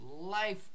life